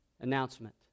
announcement